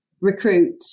recruit